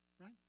Right